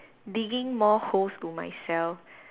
digging more holes to myself